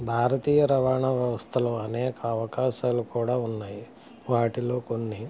భారతీయ రవాణా వ్యవస్థలో అనేక అవకాశాలు కూడా ఉన్నాయి వాటిలో కొన్ని